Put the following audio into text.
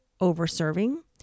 over-serving